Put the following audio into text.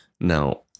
Now